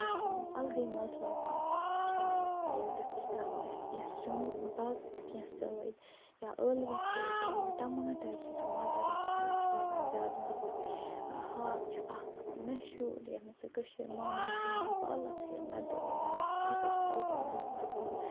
تَتھ چھُ الگٕے مَزٕ لگان کھٮ۪نس ییٚلہِ تَتھ چھِ ترٛاوان أسۍ کیٚنٛہہ سیُن باقٕے کیٚنٛہہ سۭتۍ یا ٲلوٕ چھِ ییٚتہِ ٹماٹر چھِ ٹماٹرس چھِ لاگان زیادٕ مَزٕ ہاکھ چھِ اکھ میشوٗر سۭتۍ کٔشیٖر مانٛنہٕ چھِ یِوان پالک چھِ نَدٕرۍ ییٚلہِ رَنان تَمہِ سۭتۍ چھِ الگٕے مَزٕ لگان